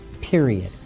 period